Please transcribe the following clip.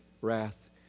wrath